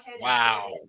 Wow